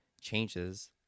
changes